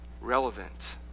relevant